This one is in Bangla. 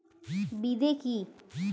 বিদে কি?